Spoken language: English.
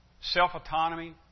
self-autonomy